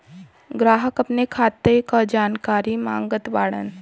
ग्राहक अपने खाते का जानकारी मागत बाणन?